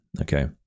Okay